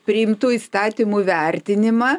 priimtų įstatymų vertinimą